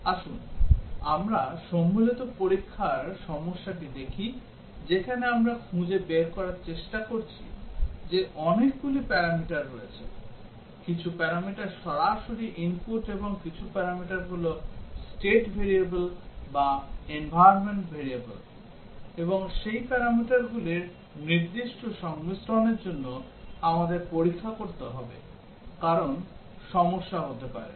আসুন আমরা সম্মিলিত পরীক্ষার সমস্যাটি দেখি যেখানে আমরা খুঁজে বের করার চেষ্টা করছি যে অনেকগুলি প্যারামিটার রয়েছে কিছু প্যারামিটার সরাসরি input এবং কিছু প্যারামিটার হল state variable বা environment variable এবং সেই প্যারামিটারগুলির নির্দিষ্ট সংমিশ্রণের জন্য আমাদের পরীক্ষা করতে হবে কারণ সমস্যা হতে পারে